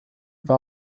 war